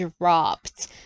dropped